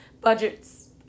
Budgets